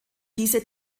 diese